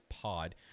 pod